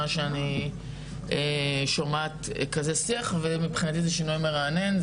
שאני שומעת כזה שיח ומבחינתי זה שינוי מרענן,